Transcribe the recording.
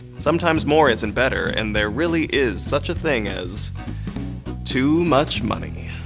sometimes, more isn't better, and there really is such a thing as too much money.